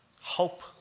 hope